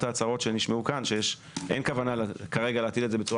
ההצהרות שנשמעו כאן שאין כוונה כרגע להטיל את זה בצורה